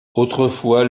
autrefois